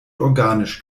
organisch